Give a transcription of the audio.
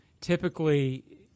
Typically